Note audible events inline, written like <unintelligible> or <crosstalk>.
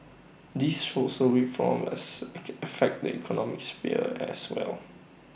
these social reforms <unintelligible> affect the economic sphere as well